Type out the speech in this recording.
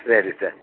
ಸರಿ ಸರ್